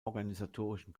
organisatorischen